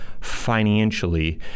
financially